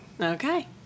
Okay